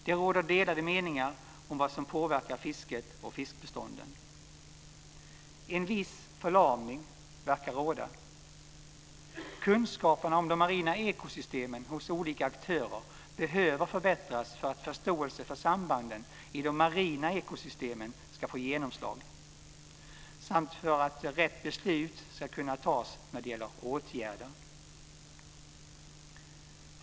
Det råder delade meningar om vad som påverkar fisket och fiskbestånden. En viss förlamning verkar råda. Kunskapen om de marina ekosystemen hos olika aktörer behöver förbättras för att förståelse för sambanden i de marina ekosystemen ska få genomslag samt för att rätt beslut ska kunna tas när det gäller åtgärder.